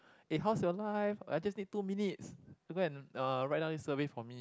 eh how's your life I just need two minutes you go and uh write down this survey for me